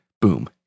boom